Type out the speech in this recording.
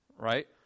right